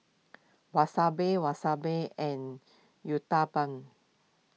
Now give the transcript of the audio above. Wasabi Wasabi and Uthapam